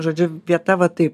žodžiu vieta va taip